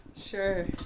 Sure